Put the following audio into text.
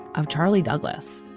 of charlie douglas.